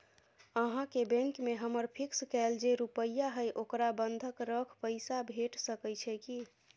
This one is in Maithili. अहाँके बैंक में हमर फिक्स कैल जे रुपिया हय ओकरा बंधक रख पैसा भेट सकै छै कि?